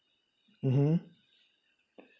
mmhmm